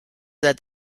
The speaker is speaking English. that